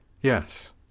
Yes